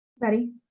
Ready